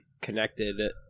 connected